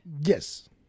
Yes